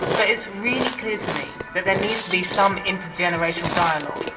but it's really clear to me that there needs to be some intergenerational dialogue.